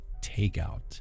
takeout